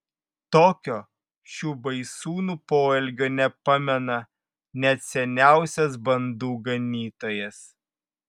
tokio šių baisūnų poelgio nepamena net seniausias bandų ganytojas